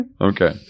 Okay